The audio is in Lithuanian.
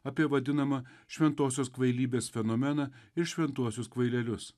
apie vadinamą šventosios kvailybės fenomeną ir šventuosius kvailelius